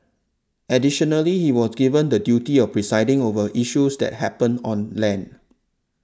additionally he was given the duty of presiding over issues that happen on land